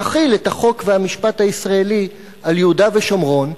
תחיל את החוק והמשפט הישראלי על יהודה ושומרון.